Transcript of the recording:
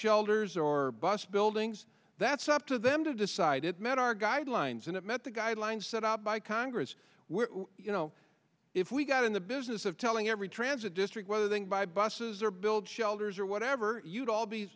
shelters or bus buildings that's up to them to decide it met our guidelines and it met the guidelines set up by congress where you know if we got in the business of telling every transit district whether then by buses or build shelters or whatever you do all